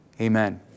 Amen